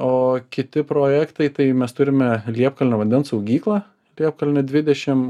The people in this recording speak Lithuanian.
o kiti projektai tai mes turime liepkalnio vandens saugyklą liepkalnio dvidešim